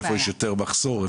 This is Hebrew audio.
איפה יש יותר מחסור.